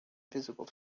visible